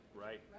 Right